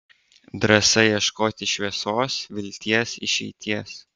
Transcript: drąsa ieškoti šviesos vilties išeities